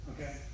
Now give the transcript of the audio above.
Okay